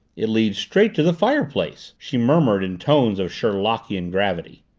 it leads straight to the fireplace! she murmured in tones of sherlockian gravity.